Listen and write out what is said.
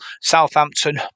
Southampton